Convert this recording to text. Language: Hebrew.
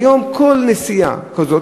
היום כל נסיעה כזאת,